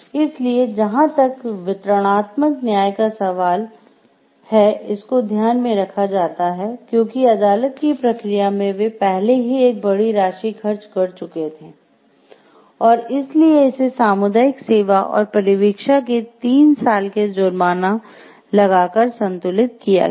इसलिए जहाँ तक वितरणात्मक न्याय का सवाल इसको ध्यान में रखा जाता है क्योंकि अदालत की प्रक्रिया में वे पहले ही एक बड़ी राशि खर्च कर चुके हैं और इसलिए इसे सामुदायिक सेवा और परिवीक्षा के 3 साल के जुर्माना लगा कर संतुलित किया गया है